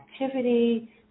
activity